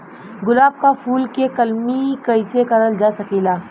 गुलाब क फूल के कलमी कैसे करल जा सकेला?